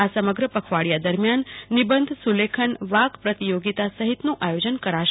આ સમગ્ર પખવાડિયા દરમિયાન નિબંધ સુલેખન વાકપ્રતિયોગીતા સહિતનું આયોજન કરાયું છે